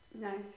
Nice